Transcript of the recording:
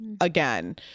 again